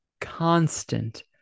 constant